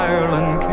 Ireland